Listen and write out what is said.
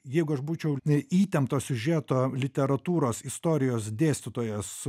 jeigu aš būčiau i įtempto siužeto literatūros istorijos dėstytojas